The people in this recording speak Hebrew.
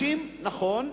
נכון,